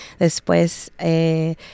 Después